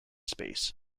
space